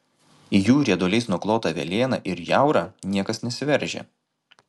į jų rieduliais nuklotą velėną ir jaurą niekas nesiveržia